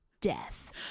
death